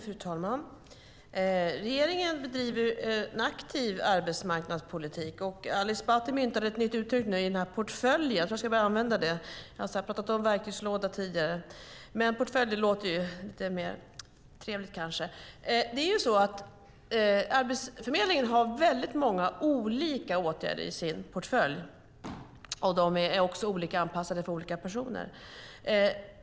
Fru talman! Regeringen bedriver en aktiv arbetsmarknadspolitik. Ali Esbati myntade ett nytt uttryck i och med portfölj. Jag ska börja använda det. Vi har pratat om verktygslåda tidigare, men portfölj låter kanske mer trevligt. Arbetsförmedlingen har väldigt många olika åtgärder i sin portfölj, och de är olika anpassade för olika personer.